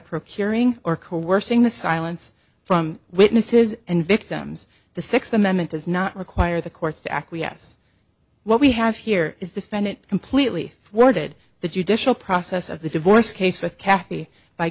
procuring or coercing the silence from witnesses and victims the sixth amendment does not require the courts to acquiesce what we have here is defendant completely thwarted the judicial process of the divorce case with kathy by